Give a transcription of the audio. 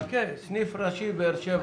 סניף ראשי באר שבע.